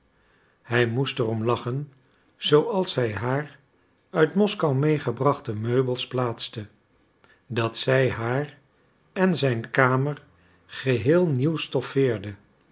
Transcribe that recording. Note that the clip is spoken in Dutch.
hij moest er om lachen zooals zij haar uit moskou medegebrachte meubels plaatste dat zij haar en zijn kamer geheel nieuw stoffeerde